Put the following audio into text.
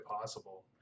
possible